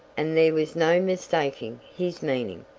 and there was no mistaking his meaning.